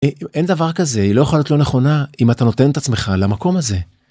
אין דבר כזה היא לא יכולה להיות לא נכונה אם אתה נותן את עצמך למקום הזה.